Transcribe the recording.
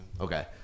Okay